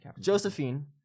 Josephine